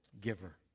giver